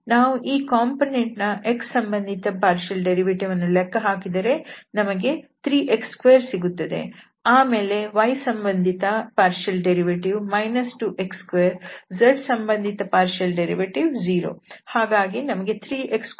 ನಾವು ಈ ಕಾಂಪೊನೆಂಟ್ ನ x ಸಂಬಂಧಿತ ಭಾಗಶಃ ಉತ್ಪನ್ನ ವನ್ನು ಲೆಕ್ಕ ಹಾಕಿದರೆ ನಮಗೆ 3x2ಸಿಗುತ್ತದೆ ಆಮೇಲೆ y ಸಂಬಂಧಿತ ಭಾಗಶಃ ಉತ್ಪನ್ನ ವು 2x2 z ಸಂಬಂಧಿತ ಭಾಗಶಃ ಉತ್ಪನ್ನ ವು 0